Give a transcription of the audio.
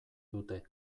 dute